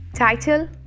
Title